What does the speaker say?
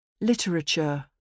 Literature